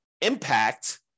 impact